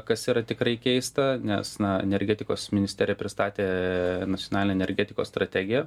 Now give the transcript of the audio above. kas yra tikrai keista nes na energetikos ministerija pristatė nacionalinę energetikos strategiją